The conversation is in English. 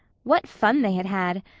what fun they had had!